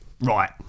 right